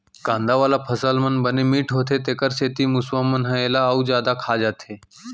कांदा वाला फसल मन बने मिठ्ठ होथे तेखर सेती मूसवा मन ह एला अउ जादा खा जाथे